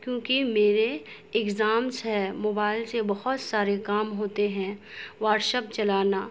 کیوں کہ میرے ایگزامس ہے موبائل سے بہت سارے کام ہوتے ہیں واٹس اپ چلانا